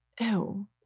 ew